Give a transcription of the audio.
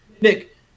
Nick